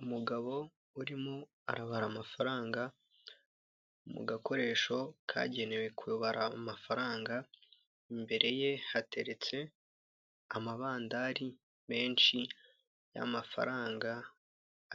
Umugabo urimo arabara amafaranga mu gakoresho kagenewe kubara amafaranga, imbere ye hateretse amabandari menshi y'amafaranga